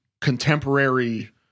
contemporary